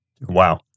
Wow